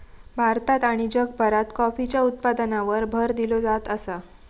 भारतात आणि जगभरात कॉफीच्या उत्पादनावर भर दिलो जात आसा